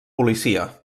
policia